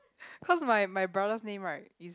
cause my my brother's name right is